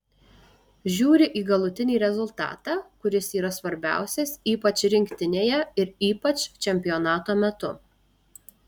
žiūri į galutinį rezultatą kuris yra svarbiausias ypač rinktinėje ir ypač čempionato metu